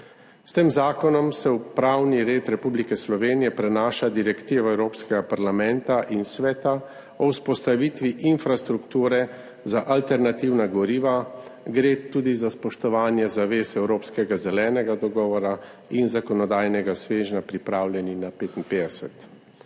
S tem zakonom se v pravni red Republike Slovenije prenaša Direktiva Evropskega parlamenta in Sveta o vzpostavitvi infrastrukture za alternativna goriva. Gre tudi za spoštovanje zavez Evropskega zelenega dogovora in zakonodajnega svežnja Pripravljeni na 55.